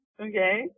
Okay